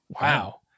Wow